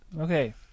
Okay